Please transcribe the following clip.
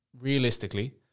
realistically